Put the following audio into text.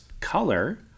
color